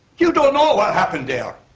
you don't know what happened there.